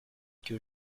que